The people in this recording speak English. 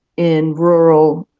in rural,